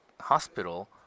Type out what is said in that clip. hospital